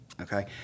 okay